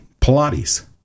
pilates